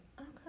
Okay